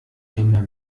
immer